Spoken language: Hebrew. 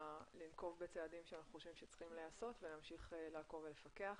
לנקוב בצעדים שאנחנו חושבים שצריכים להיעשות ולהמשיך לעקוב ולפקח.